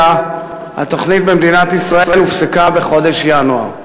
התוכנית במדינת ישראל הופסקה באופן מפתיע בחודש ינואר.